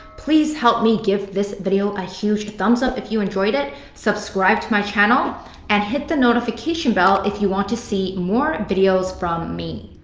please help me give this video a huge thumbs up if you enjoyed it. subscribe to my channel and hit the notification bell if you want to see more videos from me.